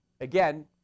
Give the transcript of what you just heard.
Again